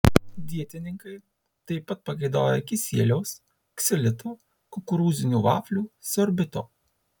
dietininkai taip pat pageidauja kisieliaus ksilito kukurūzinių vaflių sorbito